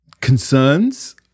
concerns